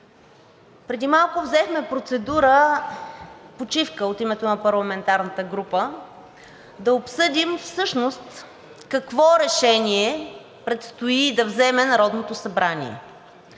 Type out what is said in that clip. преди малко взехме процедура почивка от името на парламентарната група да обсъдим всъщност какво решение предстои да вземе Народното събрание,